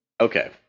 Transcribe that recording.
Okay